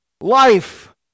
life